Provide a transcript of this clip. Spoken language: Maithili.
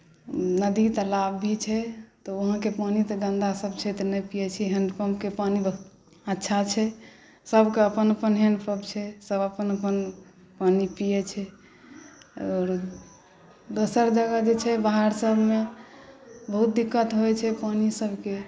नदी तालाब भी छै तऽ वहाँके पानी तऽ गन्दा सभ छै तऽ नहि पीयैत छियै हैण्डपम्पके पानी बहुत अच्छा छै सभके अपन अपन हैण्डपम्प छै सभ अपन अपन पानी पियैत छै आओर दोसर जगह जे छै बाहरसभमे बहुत दिक्कत होइत छै पानीसभके